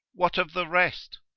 what of the rest?